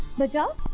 the job